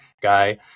guy